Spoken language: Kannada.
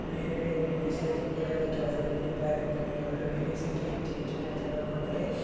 ಬೇರೆ ಬೇರೆ ವಿದೇಶದಲ್ಲಿ ಕೂಡ ಕೆಲಸದಲ್ಲಿದ್ದಾರೆ ಅಂತಲೇ ಹೇಳ್ಬೋದು ವಿದೇಶಕ್ಕೆ ಹೆಚ್ಚು ಹೆಚ್ಚು ಕೆಲಸಗಳು ಕೊಡ್ತಾರೆ